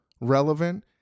relevant